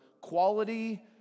quality